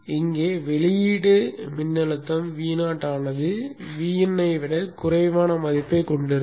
இங்கே வெளியீடு மின்னழுத்தம் Vo ஆனது Vin ஐ விட குறைவான மதிப்பைக் கொண்டிருக்கும்